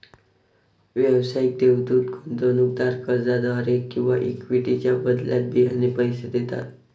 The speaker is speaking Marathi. व्यावसायिक देवदूत गुंतवणूकदार कर्जाद्वारे किंवा इक्विटीच्या बदल्यात बियाणे पैसे देतात